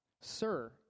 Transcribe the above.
Sir